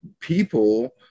people